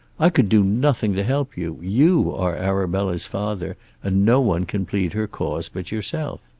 i could do nothing to help you. you are arabella's father and no one can plead her cause but yourself.